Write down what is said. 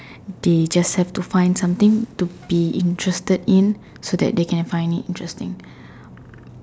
they just have to find something to be interested in so that they can find it interesting